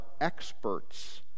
experts